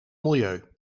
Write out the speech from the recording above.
milieu